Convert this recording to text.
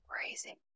crazy